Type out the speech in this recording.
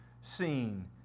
seen